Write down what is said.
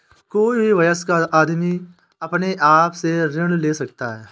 कोई भी वयस्क आदमी अपने आप से ऋण ले सकता है